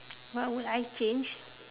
what would I change